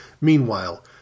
Meanwhile